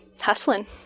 hustling